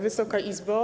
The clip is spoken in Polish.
Wysoka Izbo!